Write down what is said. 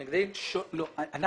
עכשיו.